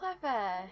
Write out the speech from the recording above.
clever